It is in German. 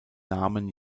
namen